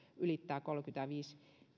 ylittää kolmekymmentäviisi